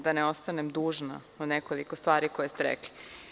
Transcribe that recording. Da ne ostanem dužna za nekoliko stvari koje ste rekli.